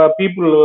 people